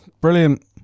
Brilliant